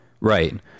Right